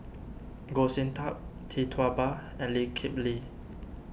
Goh Sin Tub Tee Tua Ba and Lee Kip Lee